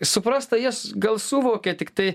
suprast tai jie gal suvokia tiktai